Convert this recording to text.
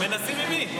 מנסים עם מי?